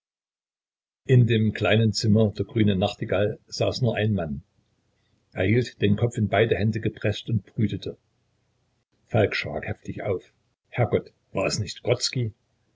in dem kleinen zimmer der grünen nachtigall saß nur ein mann er hielt den kopf in beide hände gepreßt und brütete falk schrak heftig auf herrgott war es nicht